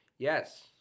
Yes